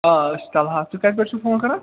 آ أسۍ چھِ طلحہ ژٕ کَتہِ پٮ۪ٹھ چھُکھ فون کران